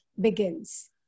begins